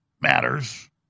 Matters